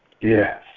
Yes